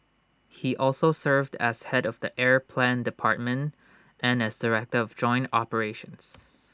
he has also served as Head of the air plan department and as director of joint operations